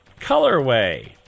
colorway